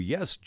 Yes